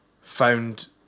found